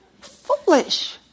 foolish